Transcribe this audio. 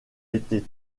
été